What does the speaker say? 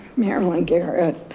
marilyn garrett.